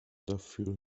dafür